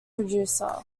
producer